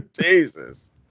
Jesus